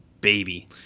baby